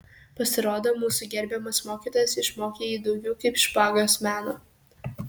pasirodo mūsų gerbiamas mokytojas išmokė jį daugiau kaip špagos meno